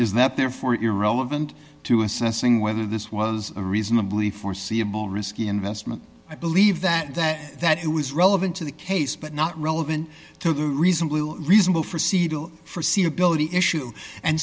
is that therefore irrelevant to assessing whether this was a reasonably foreseeable risky investment i believe that that that it was relevant to the case but not relevant to the reason reasonable for seattle forseen ability issue and